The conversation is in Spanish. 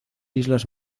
islas